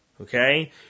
Okay